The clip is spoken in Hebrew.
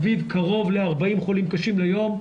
סביב קרוב ל-40 חולים קשים ליום.